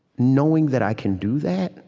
knowing that i can do that